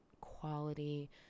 quality